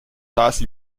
tasks